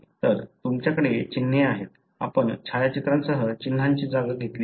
तर तुमच्याकडे चिन्हे आहेत आपण छायाचित्रांसह चिन्हांची जागा घेतली आहे